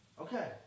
Okay